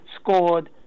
scored